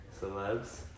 Celebs